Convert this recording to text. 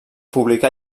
publicà